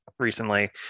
recently